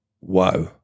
wow